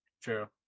True